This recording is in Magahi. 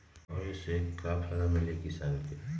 और ये से का फायदा मिली किसान के?